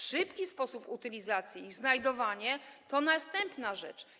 Szybki sposób utylizacji i znajdowanie to następna rzecz.